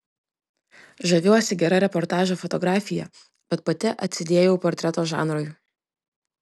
žaviuosi gera reportažo fotografija bet pati atsidėjau portreto žanrui